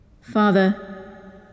Father